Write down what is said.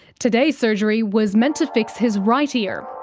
today's surgery was meant to fix his right ear.